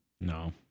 No